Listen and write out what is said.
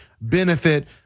benefit